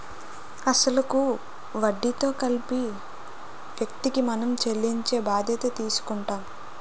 అసలు కు వడ్డీతో కలిపి వ్యక్తికి మనం చెల్లించే బాధ్యత తీసుకుంటాం